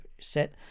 set